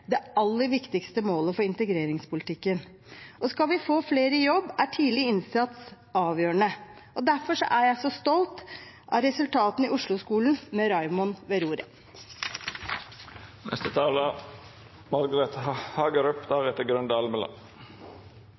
det aller viktigste målet for integreringspolitikken. Skal vi få flere i jobb, er tidlig innsats avgjørende. Derfor er jeg så stolt av resultatene i Osloskolen – med Raymond ved